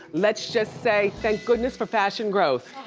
let's just say thank goodness for fashion growth.